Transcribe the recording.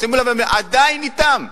שימו לב: עדיין אתם.